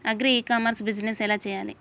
Agri e commerce business ఎలా చెయ్యాలి?